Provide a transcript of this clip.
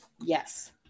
Yes